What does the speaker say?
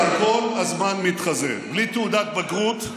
אתה כל הזמן מתחזה, בלי תעודת בגרות,